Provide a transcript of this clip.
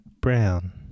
Brown